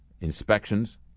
inspections